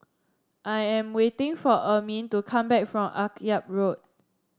I am waiting for Ermine to come back from Akyab Road